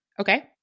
Okay